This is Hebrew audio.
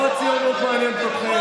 לא הציונות מעניינת אתכם.